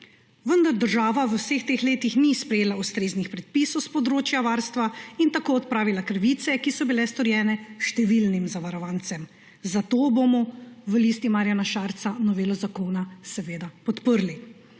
Vendar država v vseh teh letih ni sprejela ustreznih predpisov s področja varstva in tako ni odpravila krivic, ki so bile storjene številnim zavarovancem. Zato bomo v Listi Marjana Šarca novelo zakona seveda podprli.